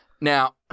Now